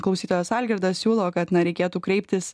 klausytojas algirdas siūlo kad na reikėtų kreiptis